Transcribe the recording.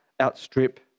outstrip